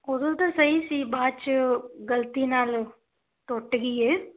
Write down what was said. ਉਦੋਂ ਤਾਂ ਸਹੀ ਸੀ ਬਾਅਦ 'ਚ ਗਲਤੀ ਨਾਲ ਟੁੱਟ ਗਈ ਹੈ